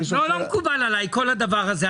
לא, לא מקובל עליי כל הדבר הזה.